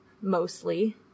mostly